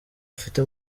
afite